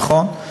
נכון.